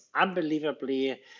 unbelievably